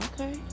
Okay